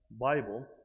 Bible